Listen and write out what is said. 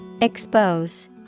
Expose